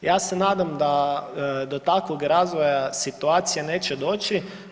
Ja se nadam da do takvog razvoja situacije neće doći.